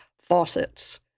faucets